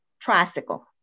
tricycle